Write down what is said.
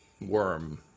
worm